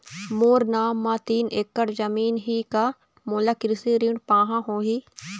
मोर नाम म तीन एकड़ जमीन ही का मोला कृषि ऋण पाहां होही?